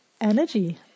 energy